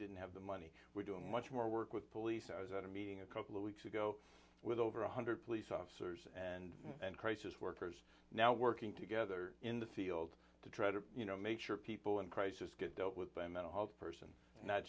and have the money we're doing much more work with police i was at a meeting a couple of weeks ago with over one hundred police officers and and crisis workers now working together in the field to try to make sure people in crisis get dealt with by mental health person not